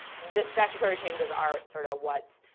the statutory changes are sort of what's